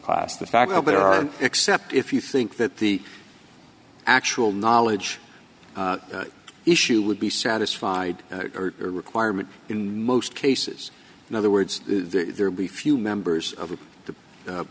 class the fact that there are except if you think that the actual knowledge issue would be satisfied requirement in most cases in other words there would be few members of the